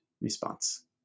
response